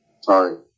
Sorry